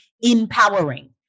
empowering